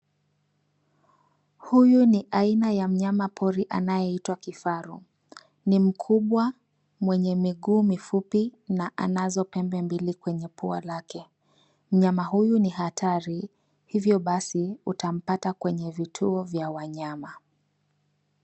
Huyu ni aina ya mnyama pori anayeitwa kifaru. Ni mkubwa mwenye miguu mifupi na anazo pembe mbili kwenye pua lake. Mnyama huyu ni hatari hivyo basi utampata kwenye vituo vya wanyama.